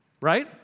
Right